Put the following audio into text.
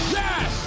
yes